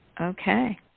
Okay